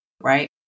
Right